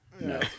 No